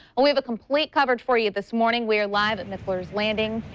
we have a complete coverage for you this morning. we're live at mickler's landing.